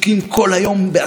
בג'ובים שלהם,